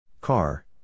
Car